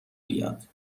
بیاد